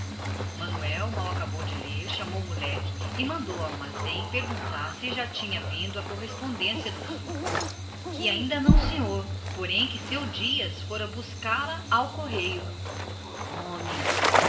manuel terminada a leitura chamou o benedito um moleque da casa e ordenou-lhe que fosse ao armazém saber se havia já chegado a correspondência do sul o moleque voltou pouco depois dizendo que ainda não senhor mas que seu dias a fora buscar ao correio homem